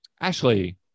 Ashley